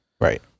Right